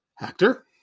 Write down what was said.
actor